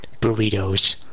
burritos